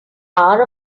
hour